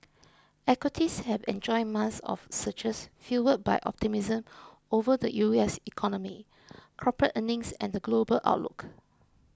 equities have enjoyed months of surges fuelled by optimism over the U S economy corporate earnings and the global outlook